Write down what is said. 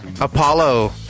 Apollo